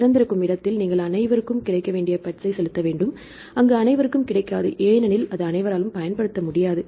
திறந்திருக்கும் இடத்தில் நீங்கள் அனைவருக்கும் கிடைக்க வேண்டிய பட்ஸை செலுத்த வேண்டும் அங்கு அனைவருக்கும் கிடைக்காது ஏனெனில் அவை அனைவராலும் பயன்படுத்தமுடியாது